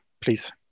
please